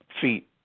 feet